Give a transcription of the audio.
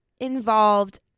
involved